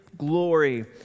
glory